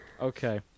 Okay